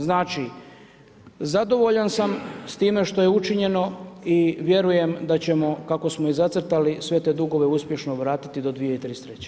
Znači zadovoljan sam s time što je učinjeno i vjerujem da ćemo kako smo i zacrtali sve te dugove uspješno vratiti do 2033.